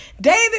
David